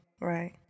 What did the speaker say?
right